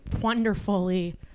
wonderfully